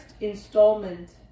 installment